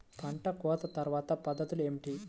పంట కోత తర్వాత పద్ధతులు ఏమిటి?